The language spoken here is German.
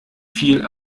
viel